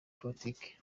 politike